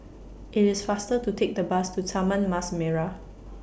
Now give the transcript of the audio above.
IT IS faster to Take The Bus to Taman Mas Merah